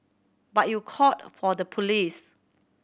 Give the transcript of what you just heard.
but you called for the police